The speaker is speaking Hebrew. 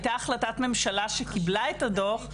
הייתה החלטת ממשלה שקיבלה את הדו"ח.